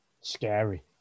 Scary